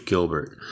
Gilbert